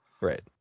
Right